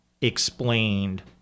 explained